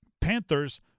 Panthers